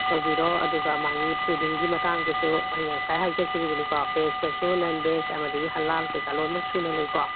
ꯇꯧꯕꯤꯔꯣ ꯑꯗꯨꯒ ꯃꯥꯒꯤ ꯐꯨꯗꯤꯡꯒꯤ ꯃꯇꯥꯡꯗꯁꯨ ꯑꯩꯅ ꯉꯥꯁꯥꯏ ꯍꯥꯏꯖꯈꯤꯕꯗꯨꯅꯤꯀꯣ ꯕꯦꯖꯇꯁꯨ ꯅꯟ ꯕꯦꯖ ꯑꯃꯗꯤ ꯍꯜꯂꯥꯜ ꯀꯩꯀꯥ ꯂꯣꯏꯅꯃꯛ ꯁꯨꯅ ꯂꯩꯀꯣ